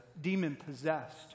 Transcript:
demon-possessed